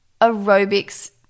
aerobics